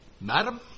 Madam